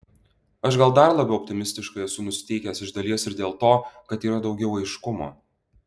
aš gal dar labiau optimistiškai esu nusiteikęs iš dalies ir dėl to kad yra daugiau aiškumo